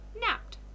napped